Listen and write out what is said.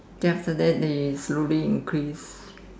then after that they slowly increase